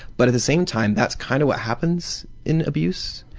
but at the same time that's kind of what happens in abuse,